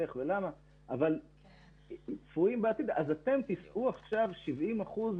איך ולמה - אתם תישאו עכשיו ב-70 אחוזים